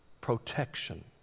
protection